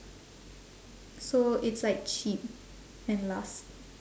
so it's like cheap and lasts